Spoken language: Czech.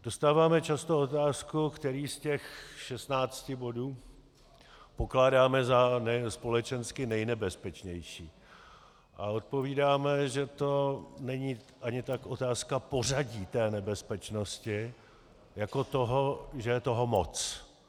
Dostáváme často otázku, který z těch 16 bodů pokládáme za společensky nejnebezpečnější, a odpovídáme, že to není ani tak otázka pořadí té nebezpečnosti jako toho, že je toho moc.